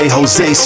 Jose